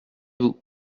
vous